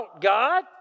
God